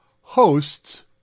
hosts